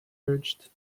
urged